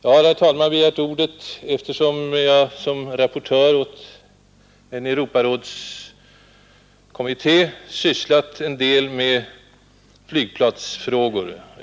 Jag har, herr talman, begärt ordet därför att jag som rapportör åt en Europarådskommitté sysslat en del med flygplatsfrågor.